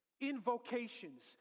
invocations